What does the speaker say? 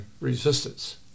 resistance